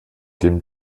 dem